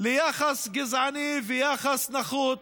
ליחס גזעני ויחס נחות